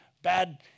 bad